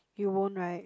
you won't right